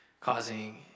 causing